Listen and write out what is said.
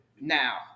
Now